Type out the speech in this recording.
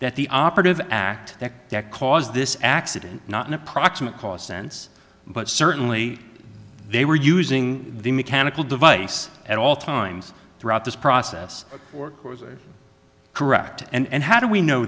that the operative act that that caused this accident not an approximate cost sense but certainly they were using the mechanical device at all times throughout this process or were correct and how do we know